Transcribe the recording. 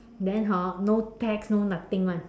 then hor no tax no nothing [one]